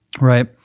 right